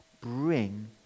bring